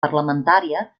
parlamentària